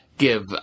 give